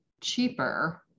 cheaper